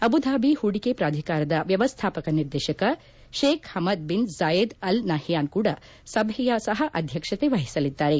Abu Dhabi ಹೂಡಿಕೆ ಪ್ರಾಧಿಕಾರದ ವ್ಯವಸ್ದಾಪಕ ನಿರ್ದೇಶಕ Sheikh Hamad bin Zayed Al Nahyan ಕೂಡ ಸಭೆಯ ಸಹ ಅಧ್ಯಕ್ಷತೆ ವಹಿಸಲಿದ್ದಾರೆ